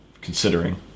considering